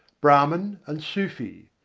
brahman and sufi.